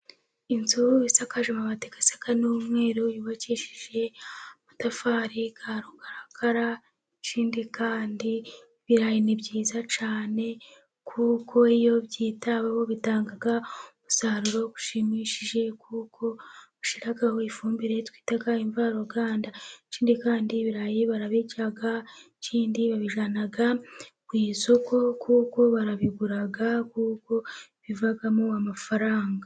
Inzu isakaje amabati asa n'umweru, yubakishije amatafari ya rukarakara, ikindi kandi ibirayi ni byiza cyane, kuko iyo byitaweho bitanga umusaruro ushimishije, kuko bashyiraho ifumbire twita imvaruganda, ikindi kandi ibirayi barabirya, ikindi babijyana ku isoko, kuko barabigura, kuko bivamo amafaranga.